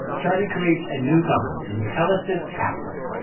charlie creates a new company, intellisys capital.